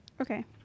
Okay